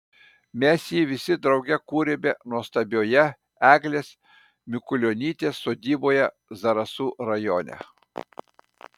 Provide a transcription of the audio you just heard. mes jį visi drauge kūrėme nuostabioje eglės mikulionytės sodyboje zarasų rajone